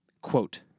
Quote